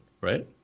right